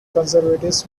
conservatives